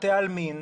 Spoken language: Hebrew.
בתי עלמין,